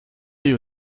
you